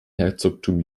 herzogtum